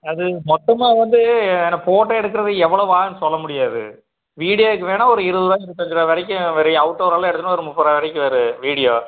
அது மொத்தமாக வந்து ஏன்னால் ஃபோட்டோ எடுக்கிறது எவ்வளவு ஆகும்ன்னு சொல்ல முடியாது வீடியோவுக்கு வேண்ணா ஒரு இருபது ரூபாலிந்து முப்பதஞ்சு ரூபா வரைக்கும் வரையும் அவுட் டோர் எல்லாம் எடுக்கணுனா ஒரு முப்பது ரூபா வரைக்கும் வரும் வீடியோ